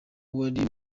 wari